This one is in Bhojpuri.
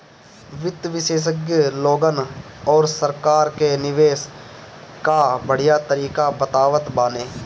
वित्त विशेषज्ञ लोगन अउरी सरकार के निवेश कअ बढ़िया तरीका बतावत बाने